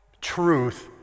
truth